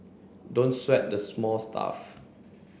don't sweat the small stuff